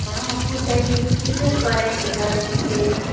हँ पूजे पूजे करेके है जे